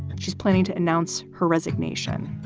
she's planning to announce her resignation.